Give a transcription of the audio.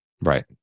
Right